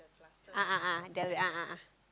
ah ah ah the ah ah ah